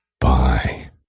Bye